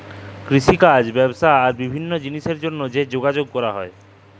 কিষিকাজ ব্যবসা আর বিভিল্ল্য জিলিসের জ্যনহে যে যগাযগ ক্যরা হ্যয়